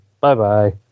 Bye-bye